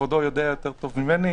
כבודו יודע יותר טוב ממני,